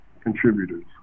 contributors